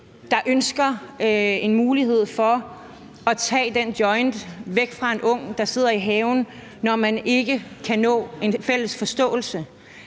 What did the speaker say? der ønsker en mulighed for at tage en joint væk fra en ung, der sidder i haven, når man ikke kan nå en fælles forståelse.